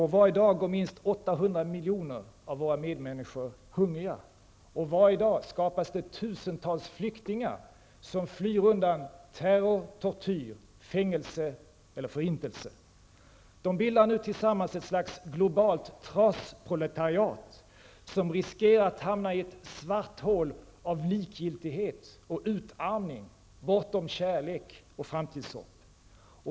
Varje dag går minst 800 miljoner av våra medmänniskor hungriga. Varje dag skapas tusentals flyktingar, som flyr undan terror, tortyr, fängelse eller förintelse. De bildar nu tillsammans ett slags globalt trasproletariat, som riskerar att hamna i ett svart hål av likgiltighet och utarmning, bortom kärlek och framtidshopp.